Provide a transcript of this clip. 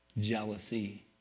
Jealousy